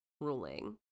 ruling